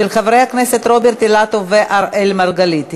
של חברי הכנסת רוברט אילטוב ואראל מרגלית.